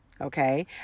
okay